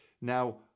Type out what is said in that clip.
Now